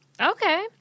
Okay